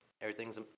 Everything's